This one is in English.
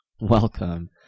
welcome